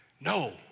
No